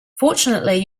fortunately